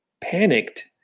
panicked